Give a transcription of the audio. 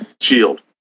Shield